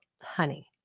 honey